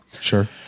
Sure